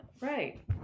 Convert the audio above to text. right